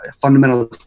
fundamental